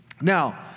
Now